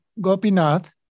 Gopinath